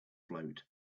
float